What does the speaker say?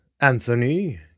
Anthony